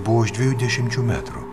buvau už dviejų dešimčių metrų